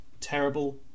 terrible